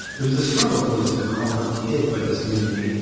it was a struggle for lisa to call her kid by this new name